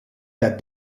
that